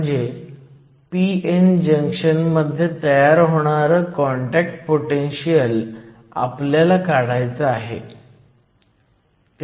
म्हणजे p n junction मध्ये तयार होणारं कॉन्टॅक्ट पोटेनशीयल आपल्याला काढायचं आहे